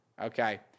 okay